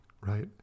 right